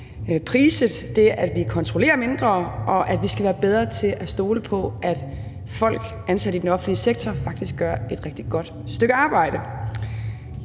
priset det, at vi kontrollerer mindre, og at vi skal være bedre til at stole på, at folk ansat i den offentlige sektor faktisk gør et rigtig godt stykke arbejde.